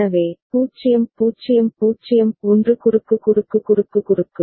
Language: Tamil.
எனவே 0 0 0 1 குறுக்கு குறுக்கு குறுக்கு குறுக்கு